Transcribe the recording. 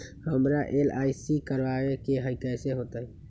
हमरा एल.आई.सी करवावे के हई कैसे होतई?